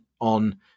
on